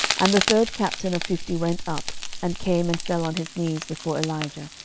and the third captain of fifty went up, and came and fell on his knees before elijah,